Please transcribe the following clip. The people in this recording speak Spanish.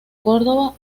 córdoba